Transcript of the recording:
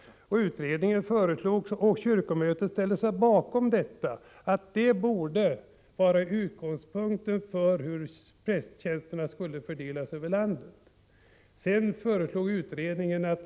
Utredningen föreslog och kyrkomötet ställde sig bakom att detta borde vara utgångspunkten för hur prästtjänsterna skall fördelas över landet.